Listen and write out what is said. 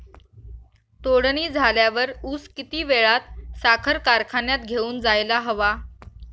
तोडणी झाल्यावर ऊस किती वेळात साखर कारखान्यात घेऊन जायला हवा?